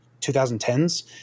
2010s